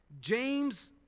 James